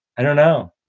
i don't know.